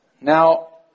Now